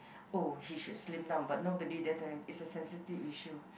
oh he should slim down but nobody dare to a sensitive issue